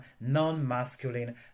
non-masculine